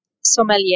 Sommelier